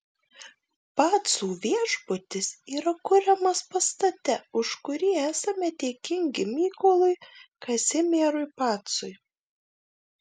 pacų viešbutis yra kuriamas pastate už kurį esame dėkingi mykolui kazimierui pacui